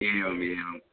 एवमेवम्